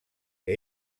que